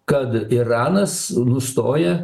kad iranas nustoja